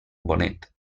bonet